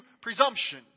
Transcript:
presumption